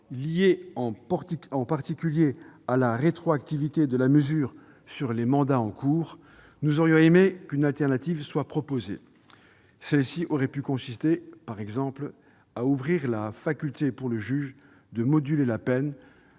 liés en particulier à la rétroactivité de la mesure sur les mandats en cours, nous aurions aimé qu'une autre solution soit proposée. Celle-ci aurait pu consister, par exemple, à ouvrir la faculté pour le juge de moduler la peine,